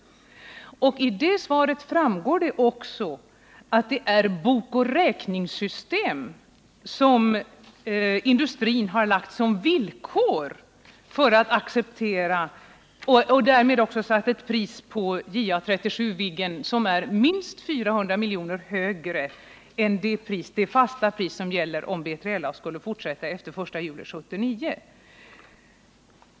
Av svaret framgår också att det är ett ”bokoch räkningssystem” som industrin lagt som villkor för JA 37, om B3LA inte får byggas, och därmed har industrin också satt ett pris på JA 37 Viggen som är minst 400 miljoner högre än det fasta pris som gäller om B3LA-projektet skulle fortsätta efter den 1 juli 1979.